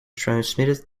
transmitted